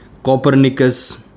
Copernicus